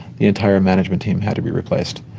the entire management team had to be replaced.